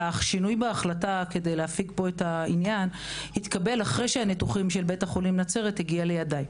השינוי בהחלטה התקבל אחרי שהניתוחים של בית החולים נצרת הובאו לידיי.